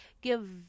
Give